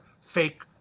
fake